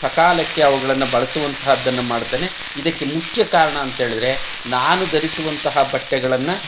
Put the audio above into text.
ಸಕಾಲಕ್ಕೆ ಅವುಗಳನ್ನ ಬಳಸುವಂತಹದ್ದನ್ನು ಮಾಡ್ತೇನೆ ಇದಕ್ಕೆ ಮುಖ್ಯ ಕಾರಣ ಅಂತ ಹೇಳಿದ್ರೆ ನಾನು ಧರಿಸುವಂತಹ ಬಟ್ಟೆಗಳನ್ನು